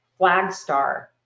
Flagstar